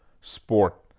sport